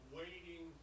waiting